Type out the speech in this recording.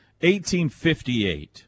1858